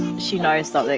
she knows something.